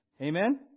Amen